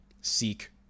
seek